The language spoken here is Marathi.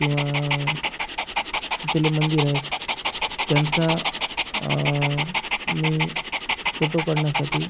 किंवा तिथले मंदिर आहेत त्यांचा मी फोटो काढण्यासाठी